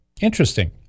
Interesting